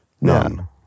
None